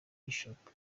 bishops